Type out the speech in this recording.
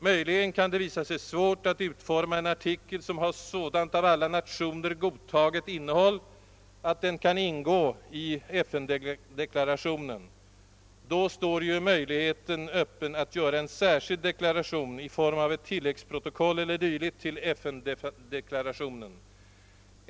Möjligen kan det visa sig svårt att utforma en artikel som har sådant av alla nationer godtaget innehåll att den kan ingå i FN deklarationen. Då står ju möjligheten öppen att göra en särskild deklaration i form av ett tilläggsprotokoll e. d. till FN-deklarationen.